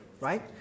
right